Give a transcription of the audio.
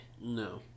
No